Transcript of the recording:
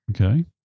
Okay